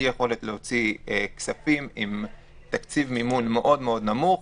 יכולת להוציא כספים ועם תקציב מימון מאוד נמוך.